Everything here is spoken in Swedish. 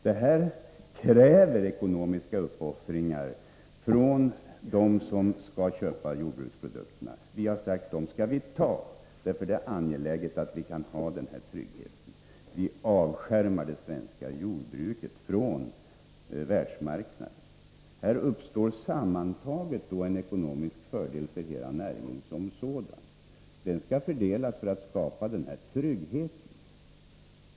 Det här kräver ekonomiska uppoffringar av dem som skall köpa jordbruksprodukterna. Vi har sagt att vi får acceptera dessa uppoffringar för det är angeläget att vi har den här tryggheten. Vi avskärmar det svenska jordbruket från världsmarknaden. Här uppstår sammantaget en ekonomisk fördel för hela näringen som sådan, och den skall fördelas för att skapa trygghet.